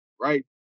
Right